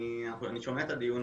אני שומע את הדיון,